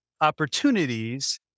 opportunities